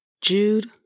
Jude